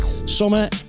Summer